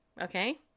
okay